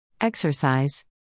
Exercise